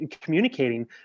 communicating